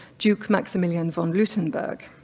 duke maximilian von gutenberg.